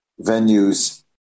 venues